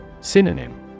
Synonym